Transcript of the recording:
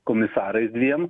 komisarais dviem